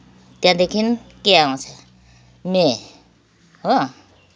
त्यहाँदेखि के आउँछ मे हो